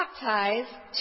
baptize